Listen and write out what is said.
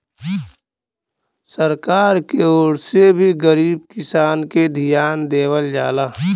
सरकार के ओर से भी गरीब किसानन के धियान देवल जाला